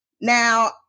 now